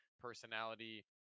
personality